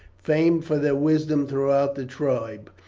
famed for their wisdom throughout the tribe,